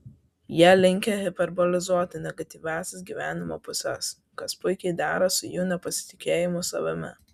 jie linkę hiperbolizuoti negatyviąsias gyvenimo puses kas puikiai dera su jų nepasitikėjimu savimi